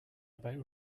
about